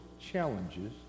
challenges